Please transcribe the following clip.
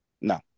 No